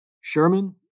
Sherman